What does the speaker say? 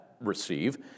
receive